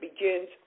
begins